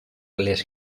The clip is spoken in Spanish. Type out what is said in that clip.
les